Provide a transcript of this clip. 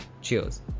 Cheers